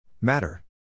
Matter